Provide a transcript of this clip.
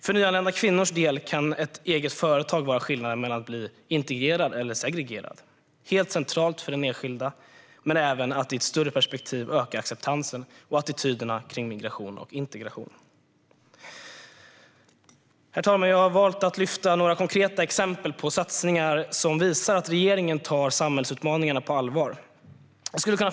För nyanlända kvinnors del kan ett eget företag vara skillnaden mellan att bli integrerad eller segregerad. Det är centralt för den enskilda. Men i ett större perspektiv handlar det också om att öka acceptansen och om attityderna kring migration och integration. Herr talman! Jag har valt att lyfta fram några konkreta exempel på satsningar som visar att regeringen tar samhällsutmaningarna på allvar.